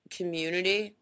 community